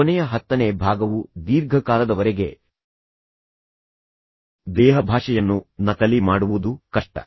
ಕೊನೆಯ ಹತ್ತನೇ ಭಾಗವು ದೀರ್ಘಕಾಲದವರೆಗೆ ದೇಹಭಾಷೆಯನ್ನು ನಕಲಿ ಮಾಡುವುದು ಕಷ್ಟ